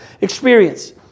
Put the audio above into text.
experience